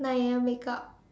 nine A_M wake up